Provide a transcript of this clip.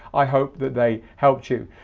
i hope that they helped you.